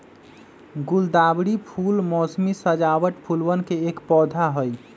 गुलदावरी फूल मोसमी सजावट फूलवन के एक पौधा हई